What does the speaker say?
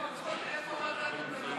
56 בעד, 58 נגד.